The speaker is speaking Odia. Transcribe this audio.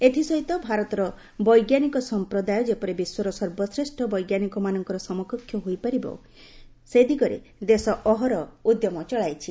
ଏଥିସହିତ ଭାରତର ବୈଜ୍ଞାନିକ ସମ୍ପ୍ରଦାୟ ଯେପରି ବିଶ୍ୱର ସର୍ବଶ୍ରେଷ୍ଠ ବୈଜ୍ଞାନିକମାନଙ୍କର ସମକକ୍ଷ ହୋଇପାରିବ ସେ ଦିଗରେ ଦେଶ ଅହରହ ଉଦ୍ୟମ ଚଳାଇଛି